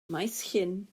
maesllyn